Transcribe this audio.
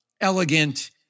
elegant